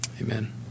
amen